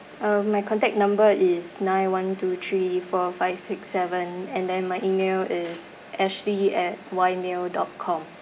uh my contact number is nine one two three four five six seven and then my email is ashley at Y mail dot com